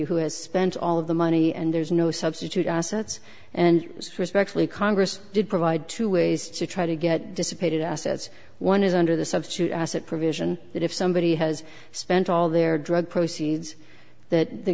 who has spent all of the money and there's no substitute assets and respectfully congress did provide two ways to try to get dissipated assets one is under the substitute asset provision that if somebody has spent all their drug proceeds that the